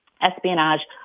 espionage